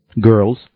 Girls